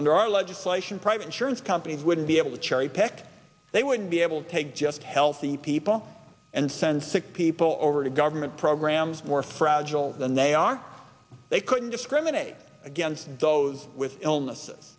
under our legislation private insurance companies would be able to cherry pick they would be able to take just healthy people and send sick people over to government programs more fragile than they are they couldn't discriminate against those with illness